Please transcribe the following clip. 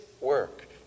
work